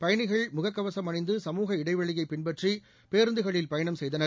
பயணிகள் முக கவசம் அணிந்து சமூக இடைவெளியை பின்பற்றி பேருந்துகளில் பயணம் செய்தனர்